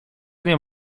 nie